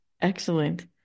Excellent